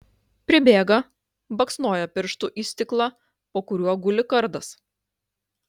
pribėga baksnoja pirštu į stiklą po kuriuo guli kardas